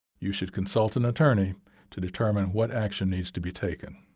you should consult an attorney to determine what action needs to be taken.